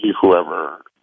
whoever